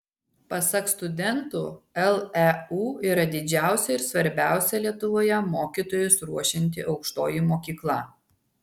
pasak studentų leu yra didžiausia ir svarbiausia lietuvoje mokytojus ruošianti aukštoji mokykla